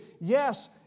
yes